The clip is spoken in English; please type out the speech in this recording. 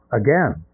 again